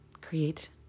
create